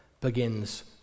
begins